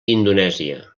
indonèsia